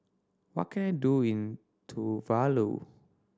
what can I do in Tuvalu